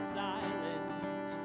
silent